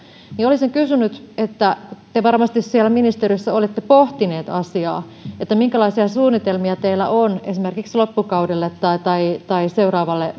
olisin kysynyt kun te varmasti siellä ministeriössä olette pohtineet asiaa minkälaisia suunnitelmia teillä on esimerkiksi loppukaudelle tai tai seuraavalle